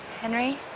henry